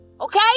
Okay